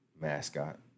mascot